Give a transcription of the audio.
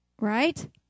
Right